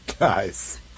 nice